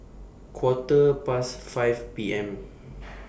Quarter Past five P M